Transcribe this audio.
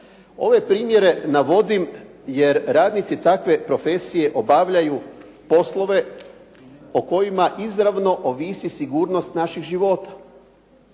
Ove primjere navodim jer radnici takve profesije obavljaju poslove o kojima izravno ovisi sigurnost naših života.